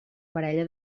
parella